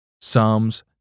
Psalms